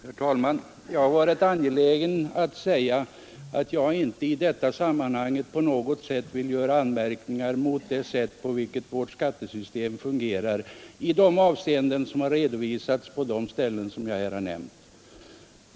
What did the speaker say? Herr talman! Jag har varit angelägen att framhålla att jag i detta sammanhang inte vill anmärka på det sätt på vilket vårt skattesystem fungerar i de avseenden som jag här har nämnt.